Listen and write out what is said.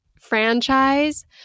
franchise